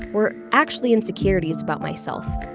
were actually insecurities about myself.